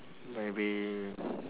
maybe